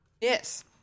yes